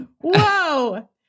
Whoa